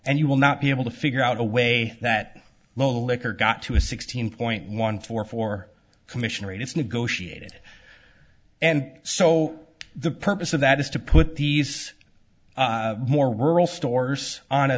and you will not be able to figure out a way that the liquor got to a sixteen point one four four commission rate it's negotiated and so the purpose of that is to put these more rural stores on a